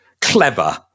clever